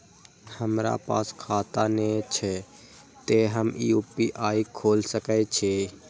हमरा पास खाता ने छे ते हम यू.पी.आई खोल सके छिए?